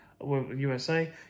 USA